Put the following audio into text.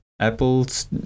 Apple's